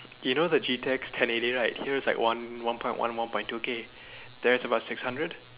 you know the G tech's ten eighty right here is like one point one one point two k there is about six hundred